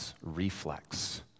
Reflex